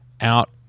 out